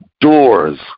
doors